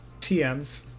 TMs